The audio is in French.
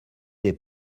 des